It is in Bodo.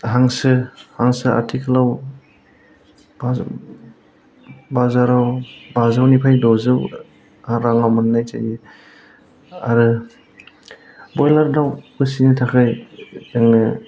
हांसो हांसोआ आथिखालाव बाजाराव बाजौनिफ्राय दजौ राङाव मोननाय जायो आरो ब्रयलार दाउ फिसिनो थाखाय जोंनो